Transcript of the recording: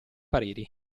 pareri